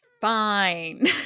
fine